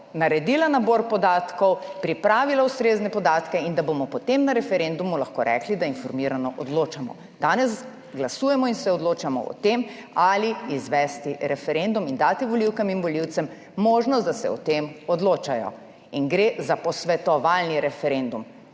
naredila nabor podatkov, pripravila ustrezne podatke in da bomo potem na referendumu lahko rekli, da informirano odločamo. Danes glasujemo in se odločamo o tem, ali izvesti referendum in dati volivkam in volivcem možnost, da se o tem odločajo. In gre za posvetovalni referendum,